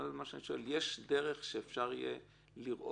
האם יש דרך שאפשר יהיה לראות?